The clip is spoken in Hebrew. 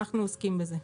אנחנו עוסקים בזה.